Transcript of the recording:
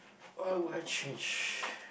what will I change